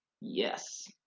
Yes